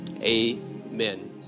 Amen